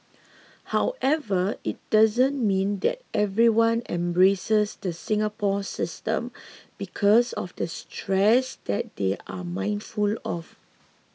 however it doesn't mean that everybody embraces the Singapore system because of the stress that they are mindful of